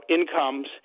incomes